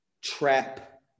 Trap